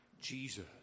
Jesus